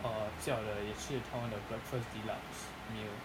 err 叫的也是他们的 breakfast deluxe meal